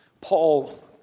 paul